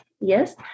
Yes